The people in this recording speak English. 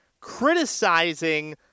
criticizing